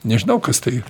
nežinau kas tai